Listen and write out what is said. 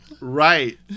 Right